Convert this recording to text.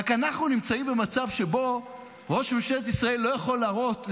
רק שאנחנו נמצאים במצב שבו ראש ממשלת ישראל לא יכול להראות לשר,